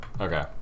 Okay